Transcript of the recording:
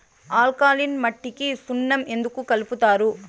alkaline మట్టికి సున్నం ఎందుకు కలుపుతారు